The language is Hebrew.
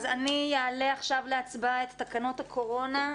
אז אני אעלה עכשיו להצבעה את תקנות הקורונה,